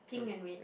pink and red